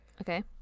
okay